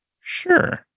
Sure